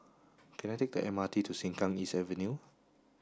can I take the M R T to Sengkang East Avenue